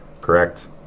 Correct